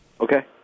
Okay